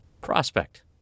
Prospect